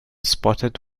spotted